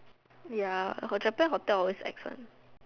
ya got Japan hotel always ex one